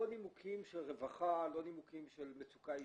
לא נימוקים של רווחה, לא נימוקים של מצוקה אישית.